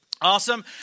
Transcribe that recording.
Awesome